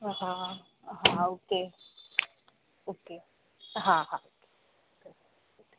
हा हा हा ओके ओके हा